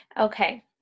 Okay